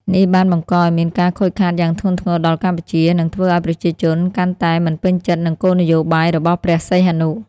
នេះបានបង្កឱ្យមានការខូចខាតយ៉ាងធ្ងន់ធ្ងរដល់កម្ពុជា និងធ្វើឱ្យប្រជាជនកាន់តែមិនពេញចិត្តនឹងគោលនយោបាយរបស់ព្រះសីហនុ។